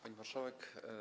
Pani Marszałek!